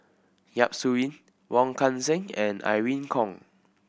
Yap Su Yin Wong Kan Seng and Irene Khong